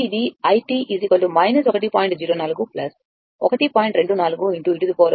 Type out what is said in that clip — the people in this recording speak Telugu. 24 e t మిల్లియాంపియర్